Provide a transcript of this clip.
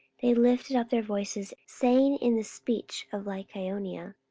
they lifted up their voices, saying in the speech of lycaonia,